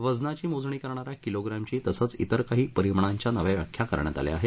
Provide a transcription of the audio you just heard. वजनाची मोजणी करणाऱ्या किलोप्रस्त्री तसंच त्रेर काही परिमाणाच्या नव्या व्याख्या करण्यात आल्या आहेत